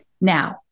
Now